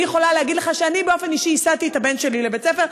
אני יכולה להגיד לך שאני באופן אישי הסעתי את הבן שלי לבית-הספר.